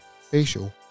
facial